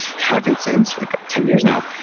i've been saying this for like ten years now,